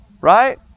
Right